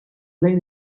lejn